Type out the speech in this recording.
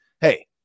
hey